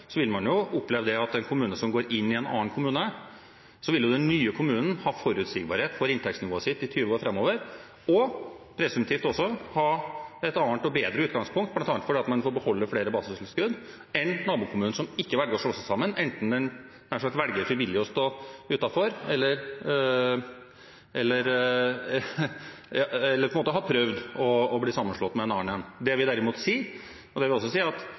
så totalt forskjellig? Jeg tror at til og med i alle de sammenslåingene som Senterpartiet har stemt for, og også med det opplegget for frivillige sammenslåinger som Senterpartiet har vært for, vil man oppleve at når en kommune går inn i en annen kommune, vil den nye kommunen ha forutsigbarhet for inntektsnivået sitt i 20 år framover. Den vil presumptivt også ha et annet og bedre utgangspunkt, bl.a. fordi man får beholde flere basistilskudd, enn nabokommunen som ikke velger å slå seg sammen med en annen kommune, enten den nær sagt velger frivillig å stå utenfor eller har prøvd å bli sammenslått.